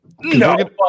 no